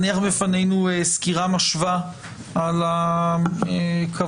ביקשנו להניח לפנינו סקירה משווה על הקבוע